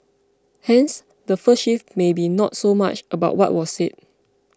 hence the first shift may be not so much about what was said